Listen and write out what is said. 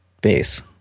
base